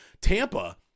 Tampa